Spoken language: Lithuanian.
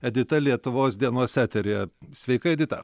edita lietuvos dienos eteryje sveika edita